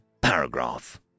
paragraph